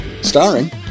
Starring